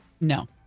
No